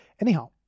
Anyhow